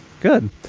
Good